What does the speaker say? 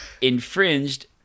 infringed